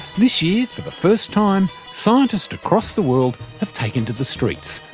this year, for the first time, scientists across the world have taken to the streets,